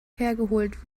hergeholt